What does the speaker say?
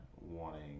wanting